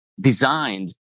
designed